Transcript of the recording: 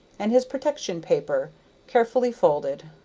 and his protection-paper carefully folded,